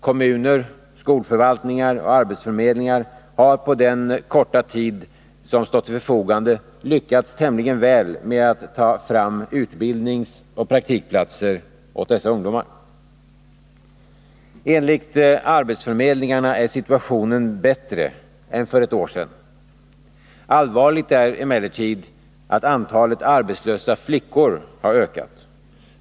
Kommuner, skolförvaltningar och arbetsförmedlingar har på den korta tid som stått till förfogande lyckats tämligen väl med att ta fram utbildningsoch praktikplatser åt dessa ungdomar. Enligt arbetsförmedlingarna är situationen bättre än för ett år sedan. Allvarligt är emellertid att antalet arbetslösa flickor har ökat.